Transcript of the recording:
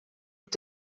mit